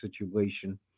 situation